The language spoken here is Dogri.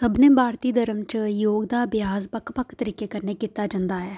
सभनें भारती धर्में च योग दा अभ्यास बक्ख बक्ख तरीकें कन्नै कीता जंदा ऐ